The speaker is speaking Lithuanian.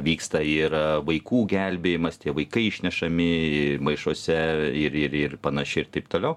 vyksta yra vaikų gelbėjimas tie vaikai išnešami maišuose ir ir ir panašiai ir taip toliau